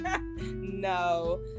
No